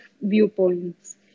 viewpoints